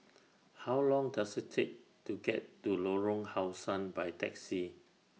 How Long Does IT Take to get to Lorong How Sun By Taxi